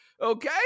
Okay